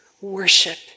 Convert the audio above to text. worship